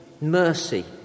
mercy